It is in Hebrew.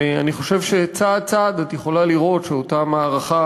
אני חושב שצעד-צעד את יכולה לראות שאותה מערכה